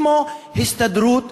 כמו ההסתדרות,